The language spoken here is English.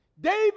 David